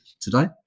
today